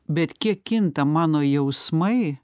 bet kiek kinta mano jausmai